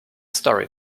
story